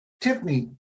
Tiffany